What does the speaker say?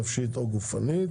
נפשית או גופנית